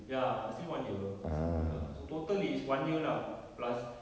ya still one year st~ ya so total is one year lah plus